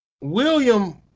William